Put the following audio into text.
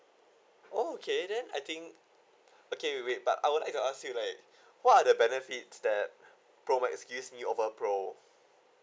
okay then I think okay wait wait but I would like to ask you like what are the benefits that pro max gives me over pro